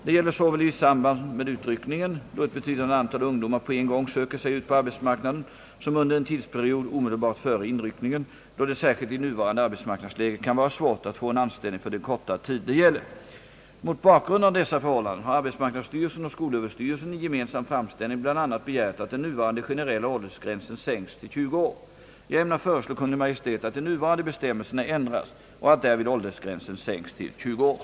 Det gäller såväl i samband med utryckningen, då ett betydande antal ungdomar på en gång söker sig ut på arbetsmarknaden som under en tidsperiod omedelbart före inryckningen, då det särskilt i nuvarande arbetsmarknadsläge kan vara svårt att få en anställning för den korta tid det gäller. Mot bakgrund av dessa förhållanden har arbetsmarknadsstyrelsen och skol Överstyrelsen i gemensam framställning bl.a. begärt att den nuvarande generella åldersgränsen sänks till 20 år. Jag ämnar föreslå Kungl. Maj:t att de nuvarande bestämmelserna ändras och att därvid åldersgränsen sänks till 20 år.